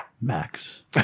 max